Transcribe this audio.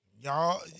y'all